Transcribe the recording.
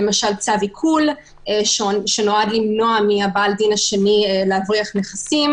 צו עיקול שנועד למנוע מבעל הדין השני להבריח נכסים